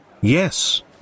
Yes